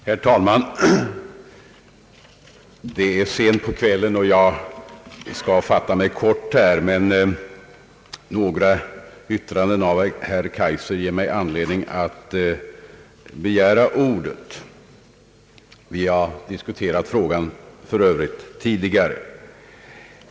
Herr talman! Det är sent på kvällen och jag skall fatta mig kort. Några yttranden av herr Kaijser gav mig dock anledning att begära ordet. Vi har för övrigt diskuterat frågan tidigare.